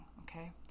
okay